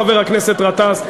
חבר הכנסת גטאס,